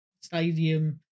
stadium